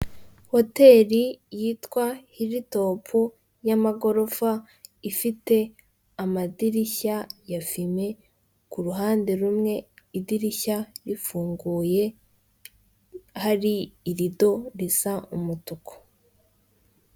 Hotel yitwa hiritopu (Hiltop) y'amagorofa, ifite amadirishya ya fime, kur'uruhande rumwe idirishya rifunguye hari irido risa umutuku.